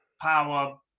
power